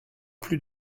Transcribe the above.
plus